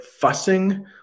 fussing